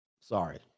Sorry